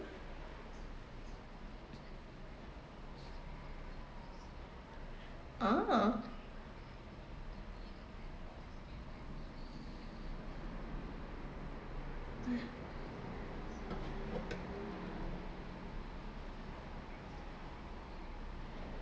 ah